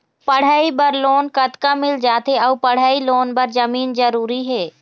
पढ़ई बर लोन कतका मिल जाथे अऊ पढ़ई लोन बर जमीन जरूरी हे?